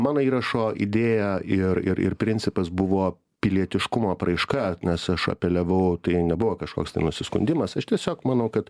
mano įrašo idėja ir ir ir principas buvo pilietiškumo apraiška nes aš apeliavau tai nebuvo kažkoks tai nusiskundimas aš tiesiog manau kad